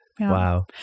Wow